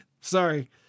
Sorry